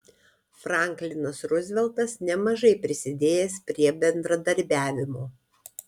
franklinas ruzveltas nemažai prisidėjęs prie bendradarbiavimo